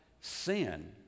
Sin